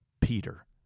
Peter